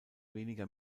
weniger